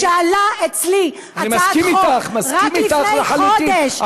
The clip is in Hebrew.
כשעלתה אצלי הצעת חוק רק לפני חודש,